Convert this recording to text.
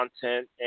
content